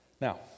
Now